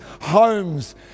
homes